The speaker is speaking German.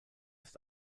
ist